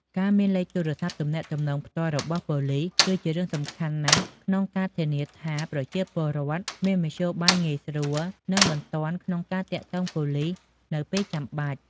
ការមានលេខទូរស័ព្ទទំនាក់ទំនងផ្ទាល់របស់ប៉ូលិស គឺជារឿងសំខាន់ណាស់ក្នុងការ ធានាថាប្រជាពលរដ្ឋមានមធ្យោបាយងាយស្រួល និងបន្ទាន់ក្នុងការទាក់ទងប៉ូលីសនៅពេលចាំបាច់។